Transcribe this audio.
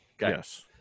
Yes